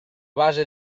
base